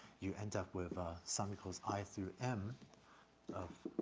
you end up with, ah, sum equals i through m of